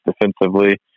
defensively